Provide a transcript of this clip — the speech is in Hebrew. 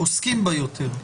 ועוסקים בה יותר.